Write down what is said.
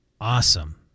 awesome